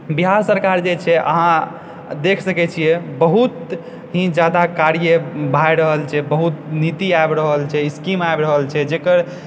बिहार सरकार जे छै अहाँ देख सकै छियै बहुत ही जादा कार्य भए रहल छै बहुत नीति आबि रहल छै स्कीम आबि रहल छै जकर